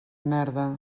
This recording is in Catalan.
merda